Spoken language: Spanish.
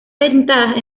dentadas